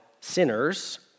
sinners